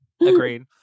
agreed